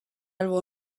albo